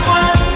one